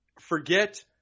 forget